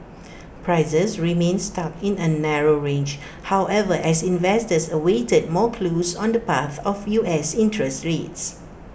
prices remained stuck in A narrow range however as investors awaited more clues on the path of U S interest rates